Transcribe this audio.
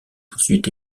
ensuite